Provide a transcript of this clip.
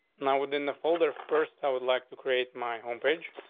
now, within the folder. first, i would like to create my home page,